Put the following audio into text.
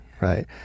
right